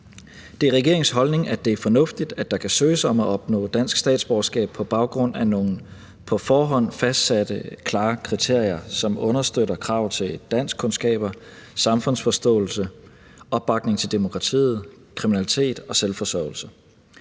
Det er regeringens holdning, at det er fornuftigt, at der kan søges om at opnå dansk statsborgerskab på baggrund af nogle på forhånd fastsatte klare kriterier, som understøtter krav til danskkundskaber, samfundsforståelse, opbakning til demokratiet og selvforsørgelse